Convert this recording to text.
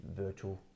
virtual